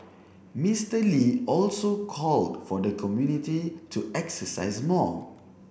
Mister Lee also called for the community to exercise more